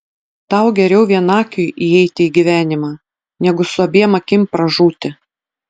tau geriau vienakiui įeiti į gyvenimą negu su abiem akim pražūti